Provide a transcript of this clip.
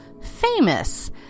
famous